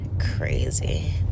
crazy